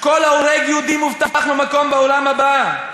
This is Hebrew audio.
שכל ההורג יהודי מובטח לו מקום בעולם הבא,